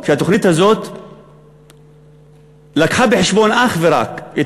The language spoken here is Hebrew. שהתוכנית הזאת הביאה בחשבון אך ורק את